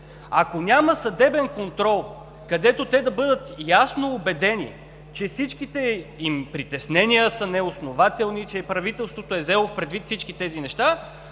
Ако няма съдебен контрол, където те да бъдат ясно убедени, че всичките им притеснения са неоснователни, че правителството е взело предвид всички тези неща,